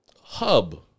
Hub